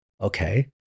Okay